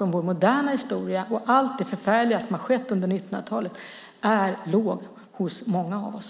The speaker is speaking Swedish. om vår moderna historia och allt det förfärliga som har skett under 1900-talet är låga hos många av oss.